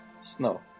snow